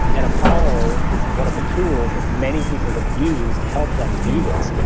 and apollo is one of the tools that many people have used to help them do this,